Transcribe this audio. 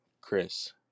Chris